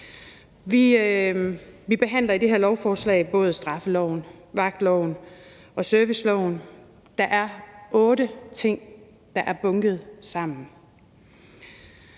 Vi behandler i det her lovforslag både straffeloven, vagtloven og serviceloven. Der er otte ting, der er bunket sammen.